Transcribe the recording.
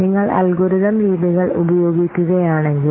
നിങ്ങൾ അൽഗോരിതം രീതികൾ ഉപയോഗിക്കുകയാണെങ്കിൽ